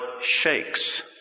shakes